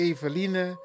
Eveline